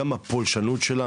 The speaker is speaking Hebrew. כמה הפולשנות שלה.